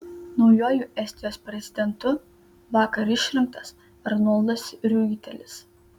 naujuoju estijos prezidentu vakar išrinktas arnoldas riuitelis